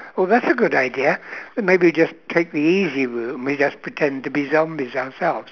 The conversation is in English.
well that's a good idea maybe just take the easy route and we just pretend to be zombies ourselves